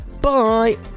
Bye